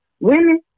Women